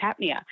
apnea